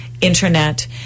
internet